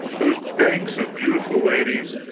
those banks of beautiful ladies,